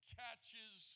catches